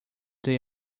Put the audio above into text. day